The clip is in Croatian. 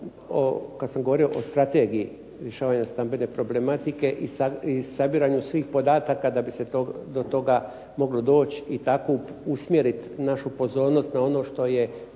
kad sam govorio o strategiji rješavanja stambene problematike i sabiranju svih podataka da bi se do toga moglo doći i tako usmjeriti našu pozornost na ono što je